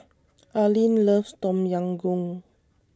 Arlyn loves Tom Yam Goong